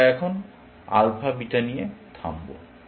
আমরা এখন alpha beta নিয়ে থামবো